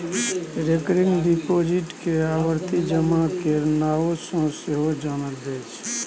recurring deposit केँ आवर्ती जमा केर नाओ सँ सेहो जानल जाइ छै